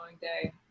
day